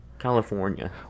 california